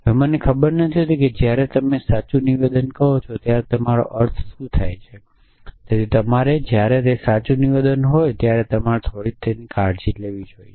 હવે મને ખબર નથી હોતી કે જ્યારે તમે સાચું નિવેદન કહો છો ત્યારે તમારો અર્થ શું છે તેથી તમારે જ્યારે તે સાચું નિવેદન છે ત્યારે તમે થોડી કાળજી લેવી પડશે